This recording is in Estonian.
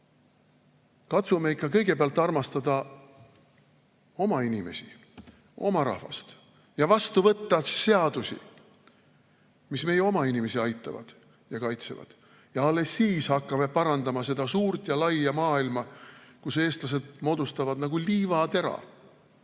Katsume ikka kõigepealt armastada oma inimesi, oma rahvast ja vastu võtta seadusi, mis meie oma inimesi aitavad ja kaitsevad, ning alles siis hakata parandama seda suurt ja laia maailma, kus eestlased moodustavad nagu liivatera,